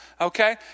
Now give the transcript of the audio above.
okay